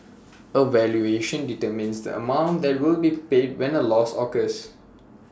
A valuation determines the amount that will be paid when A loss occurs